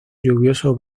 lluvioso